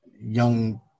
young